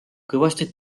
kõvasti